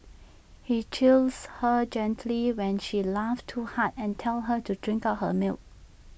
he chides her gently when she laughs too hard and tells her to drink up her milk